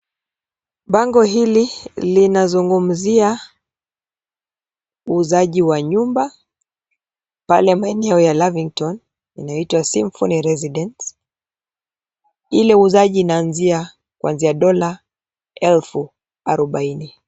Bango hili linazungumzia uuzaji wa nyumba pale maeneo ya Lavington inayoitwa, symphony residents. Ile uuzaji inaanzia kuanzia dola elfu arobaini.